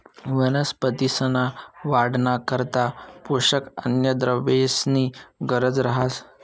वनस्पतींसना वाढना करता पोषक अन्नद्रव्येसनी गरज रहास